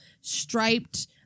striped